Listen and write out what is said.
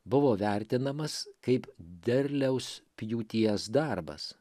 buvo vertinamas kaip derliaus pjūties darbas